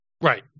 Right